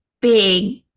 big